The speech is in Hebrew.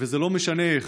וזה לא משנה איך,